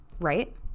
right